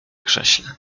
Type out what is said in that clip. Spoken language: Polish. krześle